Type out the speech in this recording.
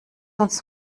uns